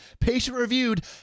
patient-reviewed